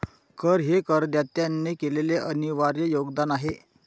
कर हे करदात्याने केलेले अनिर्वाय योगदान आहे